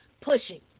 pushing